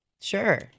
Sure